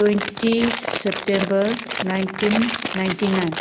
twenty September nineteen ninety nine